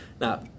Now